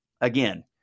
again